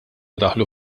daħlu